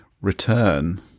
Return